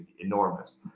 enormous